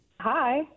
Hi